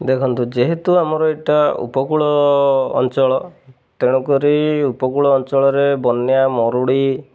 ଦେଖନ୍ତୁ ଯେହେତୁ ଆମର ଏଇଟା ଉପକୂଳ ଅଞ୍ଚଳ ତେଣୁକରି ଉପକୂଳ ଅଞ୍ଚଳରେ ବନ୍ୟା ମରୁଡ଼ି